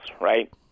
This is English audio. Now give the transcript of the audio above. right